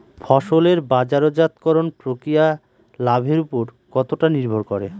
ফসলের বাজারজাত করণ প্রক্রিয়া লাভের উপর কতটা নির্ভর করে?